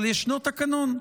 אבל ישנו תקנון,